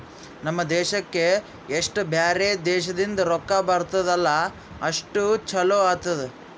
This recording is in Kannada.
ನಮ್ ದೇಶಕ್ಕೆ ಎಸ್ಟ್ ಬ್ಯಾರೆ ದೇಶದಿಂದ್ ರೊಕ್ಕಾ ಬರ್ತುದ್ ಅಲ್ಲಾ ಅಷ್ಟು ಛಲೋ ಆತ್ತುದ್